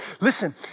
Listen